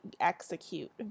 execute